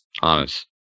honest